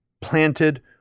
planted